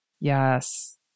Yes